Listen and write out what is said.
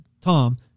Tom